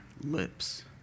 lips